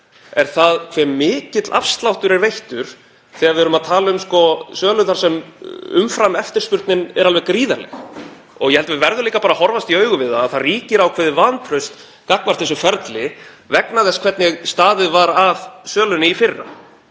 er það hve mikill afsláttur er veittur þegar við erum að tala um söluna þar sem umframeftirspurnin er alveg gríðarleg. Ég held að við verðum líka að horfast í augu við að það ríkir ákveðið vantraust gagnvart þessu ferli vegna þess hvernig staðið var að sölunni í fyrra